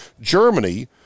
Germany